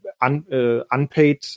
unpaid